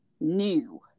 new